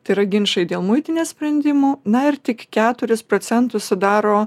tai yra ginčai dėl muitinės sprendimų na ir tik keturis procentus sudaro